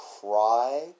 cry